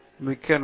மிக்க நன்றி